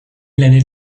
l’année